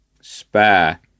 spare